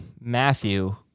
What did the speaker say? Matthew